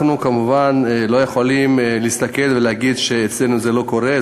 אנחנו כמובן לא יכולים להסתכל ולהגיד שאצלנו זה לא קורה,